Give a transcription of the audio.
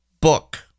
book